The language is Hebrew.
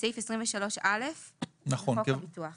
בסעיף 23א לחוק הביטוח הלאומי"; נכון.